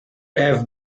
have